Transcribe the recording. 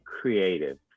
creative